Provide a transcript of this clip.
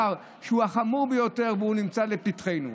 זה הדבר שהוא החמור ביותר, והוא נמצא לפתחנו.